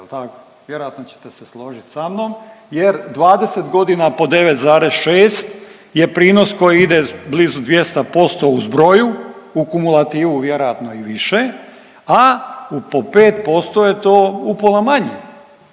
Vjerojatno ćete se složit sa mnom jer 20 godina po 9,6 je prinos koji ide blizu 200% u zbroju u kumulativnu vjerojatno i više, a po 5% je to upola manje.